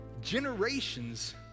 generations